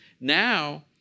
Now